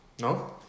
No